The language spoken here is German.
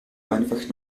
einfach